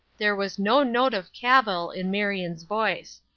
there was no note of cavil in marion's voice.